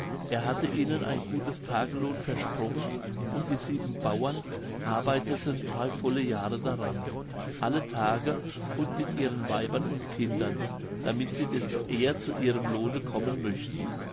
er hatte ihnen ein gutes tagelohn versprochen und die sieben bauern arbeiteten drei volle jahre daran alle tage und mit ihren weibern und kindern damit sie desto eher zu ihrem lohne kommen möchten